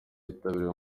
yitabiriye